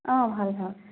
অঁ ভাল ভাল